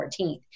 14th